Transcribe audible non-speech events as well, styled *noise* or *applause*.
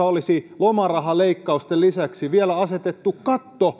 *unintelligible* olisi lomarahaleikkausten lisäksi vielä asetettu katto *unintelligible*